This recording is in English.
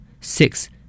Six